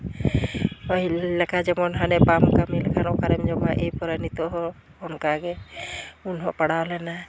ᱯᱟᱹᱦᱤᱞ ᱞᱮᱠᱟ ᱡᱮᱢᱚᱱ ᱦᱟᱱᱮ ᱵᱟᱢ ᱠᱟᱹᱢᱤ ᱞᱮᱠᱷᱟᱱ ᱚᱠᱟᱨᱮᱢ ᱡᱚᱢᱟ ᱮᱯᱚᱨᱮ ᱱᱤᱛᱳᱜ ᱦᱚᱸ ᱚᱱᱠᱟ ᱜᱮ ᱩᱱ ᱦᱚᱸ ᱯᱟᱲᱟᱣ ᱞᱮᱱᱟ